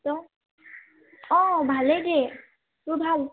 তই অ' ভালে দে তোৰ ভাল